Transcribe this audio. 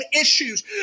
issues